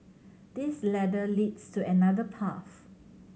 this ladder leads to another path